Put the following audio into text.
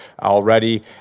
already